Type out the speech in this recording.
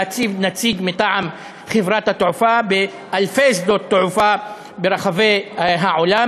להציב נציג מטעם חברת התעופה באלפי שדות תעופה ברחבי העולם,